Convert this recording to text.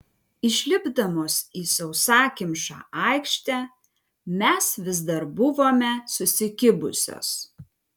išlipdamos į sausakimšą aikštę mes vis dar buvome susikibusios